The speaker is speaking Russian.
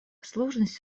сложность